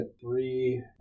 three